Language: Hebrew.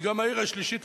היא גם העיר השלישית,